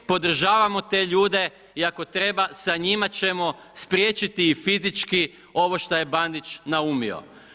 Podržavamo te ljude i ako treba sa njima ćemo spriječiti i fizički ovo što je Bandić naumio.